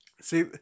See